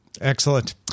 Excellent